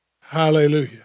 Hallelujah